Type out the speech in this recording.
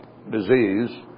disease